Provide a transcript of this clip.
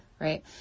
Right